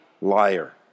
liar